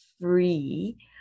free